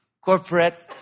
corporate